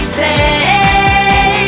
say